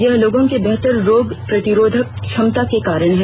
यह लोगों के बेहतर रोग प्रतिरोधक क्षमता के कारण है